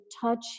touch